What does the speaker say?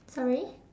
sorry